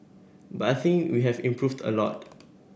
but I think we have improved a lot